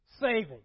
Saving